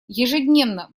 ежедневно